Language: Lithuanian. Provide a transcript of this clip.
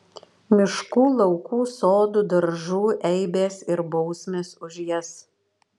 miškų laukų sodų daržų eibės ir bausmės už jas